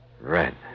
Red